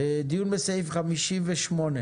דיון בסעיף 58,